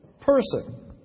person